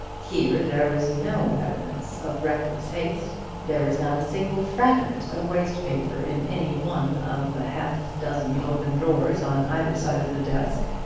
here there was no evidence of reckless haste. there was not a single fragment of waste paper in any one of the half-dozen open drawers on either side of the desk.